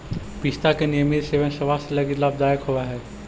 पिस्ता के नियमित सेवन स्वास्थ्य लगी लाभदायक होवऽ हई